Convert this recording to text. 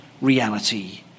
reality